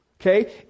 Okay